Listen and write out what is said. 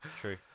true